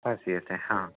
हां